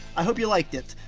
i hope you liked it.